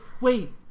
wait